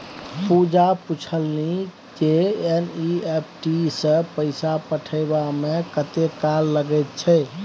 पूजा पूछलनि जे एन.ई.एफ.टी सँ पैसा पठेबामे कतेक काल लगैत छै